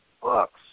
books